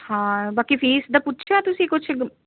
ਹਾਂ ਬਾਕੀ ਫ਼ੀਸ ਦਾ ਪੁੱਛ ਲਿਆ ਤੁਸੀਂ ਕੁਛ ਗ